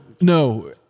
No